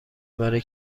برای